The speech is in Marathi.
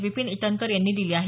विपीन इटनकर यांनी दिले आहेत